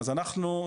אז אנחנו,